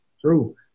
true